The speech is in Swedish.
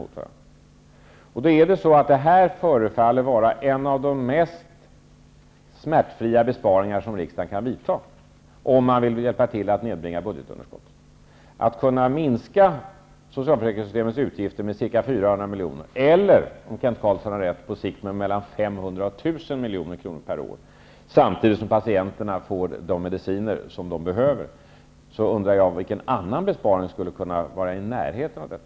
Detta förslag förefaller innebära ett av de mest smärtfria besparingar som riksdagen kan göra om man vill hjälpa till att nedbringa budgetunderskottet. Vi minskar socialförsäkringssystemets utgifter med ca 400 milj.kr. -- eller, om Kent Carlsson har rätt, på sikt med mellan 500 och 1 000 milj.kr. per år -- samtidigt som patienterna får de mediciner de behöver. Jag undrar vilken annan besparing som skulle kunna vara i närheten av detta.